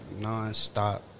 nonstop